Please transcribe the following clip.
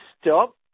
stop